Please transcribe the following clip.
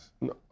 No